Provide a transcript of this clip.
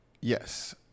Yes